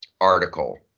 article